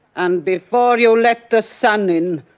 and before you let the sun in,